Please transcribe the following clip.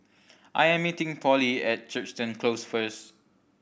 I am meeting Polly at Crichton Close first